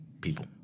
people